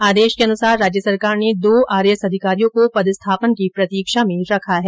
आदेश के अनुसार राज्य सरकार ने दो आरएएस अधिकारियों को पदस्थापन की प्रतीक्षा में रखा है